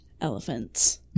elephants